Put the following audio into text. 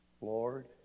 Lord